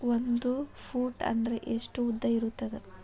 ಒಂದು ಫೂಟ್ ಅಂದ್ರೆ ಎಷ್ಟು ಉದ್ದ ಇರುತ್ತದ?